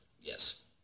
Yes